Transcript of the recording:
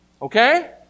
Okay